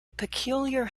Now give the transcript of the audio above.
peculiar